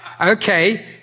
Okay